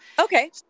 Okay